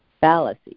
fallacy